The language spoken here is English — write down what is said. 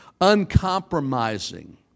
uncompromising